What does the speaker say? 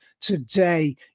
today